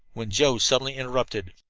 when joe suddenly interrupted.